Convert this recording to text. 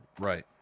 Right